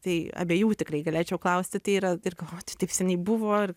tai abiejų tikrai galėčiau klausti tai yra ir galvoti taip seniai buvo ir